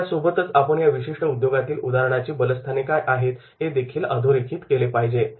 यासोबतच आपण या विशिष्ट उद्योगातील उदाहरणाची बलस्थाने काय आहेत हे देखील अधोरेखित केले पाहिजे